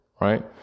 right